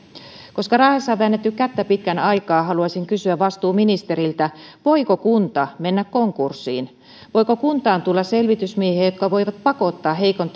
koska rahasta on väännetty kättä pitkän aikaa haluaisin kysyä vastuuministeriltä voiko kunta mennä konkurssiin voiko kuntaan tulla selvitysmiehiä jotka voivat pakottaa heikon